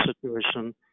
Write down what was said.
situation